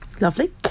Lovely